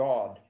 God